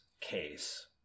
case